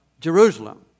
Jerusalem